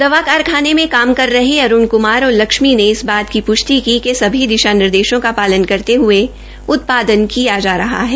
दवा कारखाने में काम कर रहे अरूण कुमार और लक्ष्मी ने इस बार की प्ष्टि की कि सभी दिशा निर्देशों का शालन करते हये उत्शादन किया जा रहा है